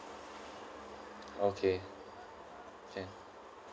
okay can